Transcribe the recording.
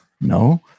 No